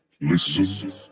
Listen